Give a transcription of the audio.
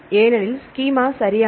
ஏனெனில் ஸ்கீமா சரியானது